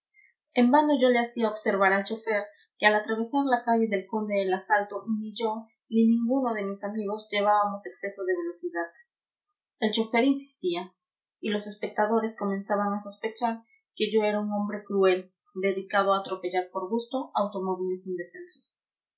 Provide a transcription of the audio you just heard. vano yo le hacía observar al chauffeur que al atravesar la calle del conde del asalto ni yo ni ninguno de mis amigos llevábamos exceso de velocidad el chauffeur insistía y los espectadores comenzaban a sospechar que yo era un hombre cruel dedicado a atropellar por gusto automóviles indefensos